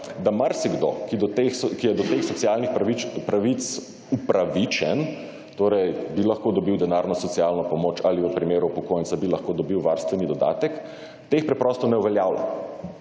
da marsikdo, ki je do teh socialnih pravic upravičen, torej bi lahko dobil denarno socialno pomoč ali v primeru upokojenca bil lahko dobil varstveni dodatek, teh preprosto ne uveljavlja.